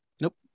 Nope